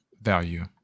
value